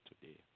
today